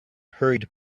hurried